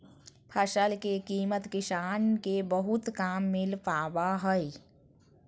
फसल के कीमत किसान के बहुत कम मिल पावा हइ